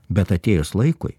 bet atėjus laikui